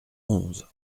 onze